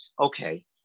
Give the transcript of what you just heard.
okay